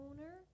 owner